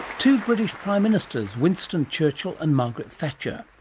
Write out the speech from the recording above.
two british prime ministers, winston churchill and margaret thatcher.